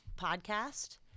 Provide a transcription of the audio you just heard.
podcast